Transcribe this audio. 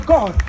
God